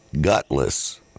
gutless